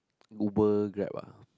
Uber Grab ah